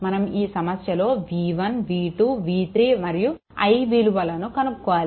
మనం ఈ సమస్యలో v1 v2 v3 మరియు i విలువలను కనుక్కోవాలి